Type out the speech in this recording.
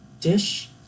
dish